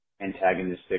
antagonistic